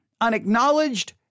unacknowledged